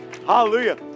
Hallelujah